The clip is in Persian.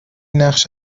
نقش